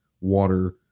water